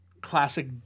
classic